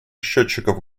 счетчиков